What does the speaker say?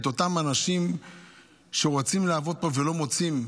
את אותם אנשים שרוצים לעבוד פה ולא מוצאים,